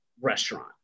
restaurant